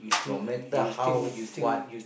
no matter how what